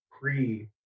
pre